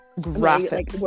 Graphic